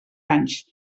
anys